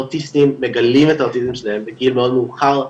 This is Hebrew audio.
אוטיסטים מגלים את האוטיזם שלהם בגיל מאוד מאוחר,